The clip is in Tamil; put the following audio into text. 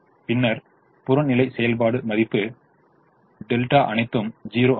பின்னர் புறநிலை செயல்பாடு மதிப்பு cb அனைத்தும் 0 ஆகும்